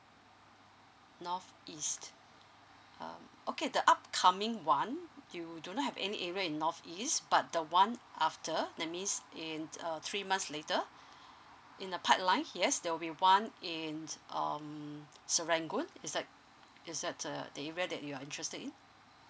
north east um okay the upcoming [one] you do not have any area in north east but the one after that means in uh three months later in a pipeline yes there will be one in um serangoon is like is that the the area that you are interested in